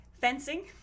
Fencing